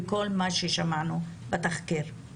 מכל מה ששמענו בתחקיר,